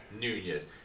Nunez